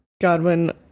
Godwin